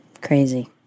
Crazy